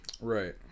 Right